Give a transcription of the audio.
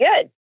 good